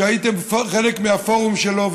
הייתם חלק מהפורום שלו,